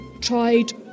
tried